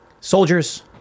soldiers